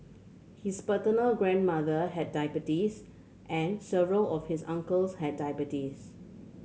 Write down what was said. his paternal grandmother had diabetes and several of his uncles had diabetes